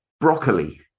broccoli